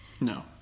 No